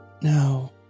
Now